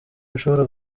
ushobora